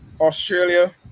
Australia